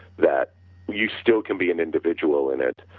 that you still can be an individual in it,